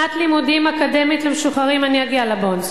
שנת לימודים אקדמית למשוחררים, אני אגיע ל"בונדס".